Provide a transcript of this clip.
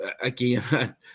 again